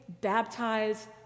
baptize